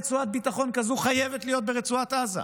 רצועת ביטחון כזו חייבת להיות ברצועת עזה.